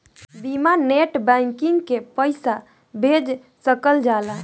बिना net banking के पईसा भेज सकल जाला?